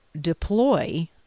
deploy